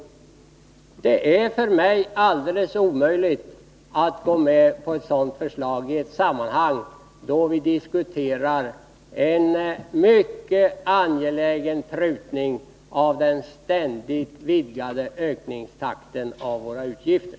Det är för mig helt omöjligt Nr 52 att gå med på ett sådant förslag i ett sammanhang då vi diskuterar en mycket angelägen bromsning av den ständigt stigande ökningstakten i våra statsutgifter.